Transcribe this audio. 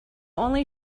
only